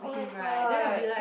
oh-my-god